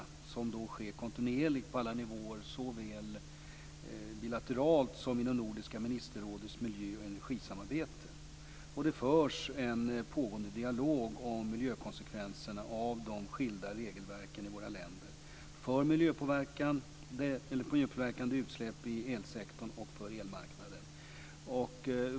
Dessa kontakter sker kontinuerligt och på alla nivåer, såväl bilateralt som i det nordiska ministerrådets miljö och energisamarbete. Det förs också en dialog om miljökonsekvenserna av de skilda regelverken i våra länder när det gäller miljöpåverkande utsläpp i elsektorn och elmarknaden.